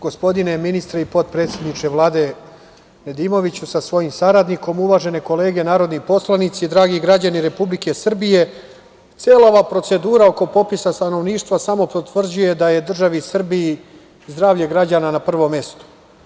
Gospodine ministre, potpredsedniče Vlade Nedimoviću, sa svojim saradnikom, uvažene kolege narodni poslanici, dragi građani Republike Srbije, cela ova procedura oko popisa stanovništva samo potvrđuje da je državi Srbiji zdravlje građana na prvom mestu.